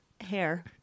hair